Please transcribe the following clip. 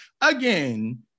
again